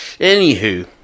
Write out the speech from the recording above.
Anywho